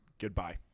goodbye